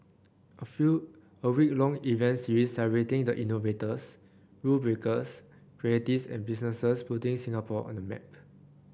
a few a week long event series celebrating the innovators rule breakers creatives and businesses putting Singapore on the map